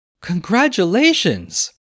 Congratulations